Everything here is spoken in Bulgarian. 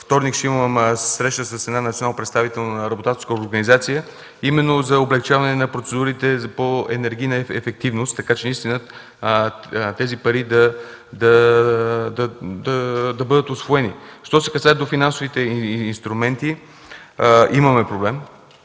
вторник ще имам среща с национално представителна работодателска организация именно по облекчаване на процедурите за енергийна ефективност, така че тези пари наистина трябва да бъдат усвоени. Що се касае до финансовите инструменти, имаме проблем.